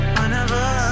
Whenever